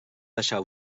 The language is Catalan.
deixar